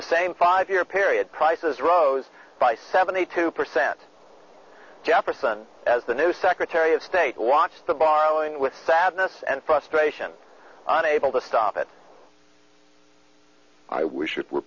the same five year period prices rose by seventy two percent jefferson as the new secretary of state wants the borrowing with sadness and frustration on able to stop it i wish it were